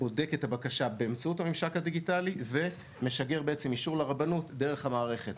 בודק את הבקשה באמצעות הממשק הדיגיטלי ומשגר אישור לרבנות דרך המערכת.